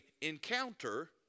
encounter